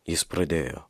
jis pradėjo